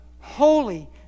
holy